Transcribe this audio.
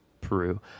Peru